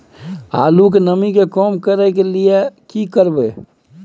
आलू के नमी के कम करय के लिये की करबै?